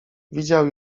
widział